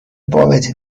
بابت